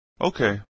Okay